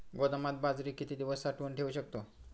गोदामात बाजरी किती दिवस साठवून ठेवू शकतो?